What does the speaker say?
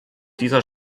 dieser